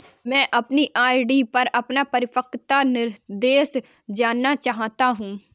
मैं अपनी आर.डी पर अपना परिपक्वता निर्देश जानना चाहता हूँ